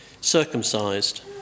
circumcised